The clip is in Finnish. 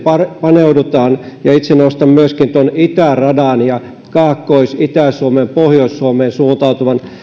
paneudutaan ja itse nostan esiin myöskin itäradan ja kaakkois itä ja pohjois suomeen suuntautuvan